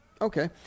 Okay